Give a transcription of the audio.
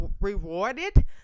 rewarded